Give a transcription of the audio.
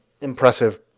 impressive